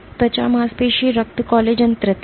त्वचा मांसपेशी रक्त कोलेजन तृतीय